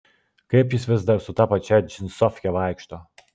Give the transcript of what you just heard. kaip jis vis dar su ta pačia džinsofke vaikšto